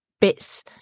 bits